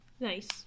Nice